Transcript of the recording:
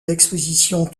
l’exposition